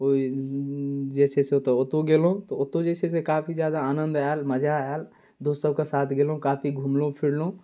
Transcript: ओहि जे छै से ओतऽ ओतहु गेलहुँ तऽ ओतऽ जे छै से काफी जादा आनन्द आएल मजा आएल दोस्तसभके साथ गेलहुँ काफी घुमलहुँ फिरलहुँ